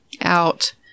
out